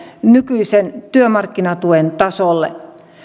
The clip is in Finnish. nykyisen työmarkkinatuen tasolle